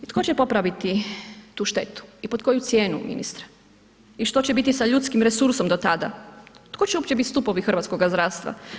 I tko će popraviti tu štetu i pod koju cijenu ministre i što će biti sa ljudskim resursom do tada, tko će uopće biti stupovi hrvatskoga zdravstva?